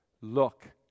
Look